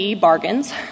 bargains